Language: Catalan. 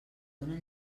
donen